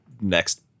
next